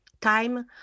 time